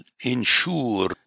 ensure